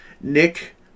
Nick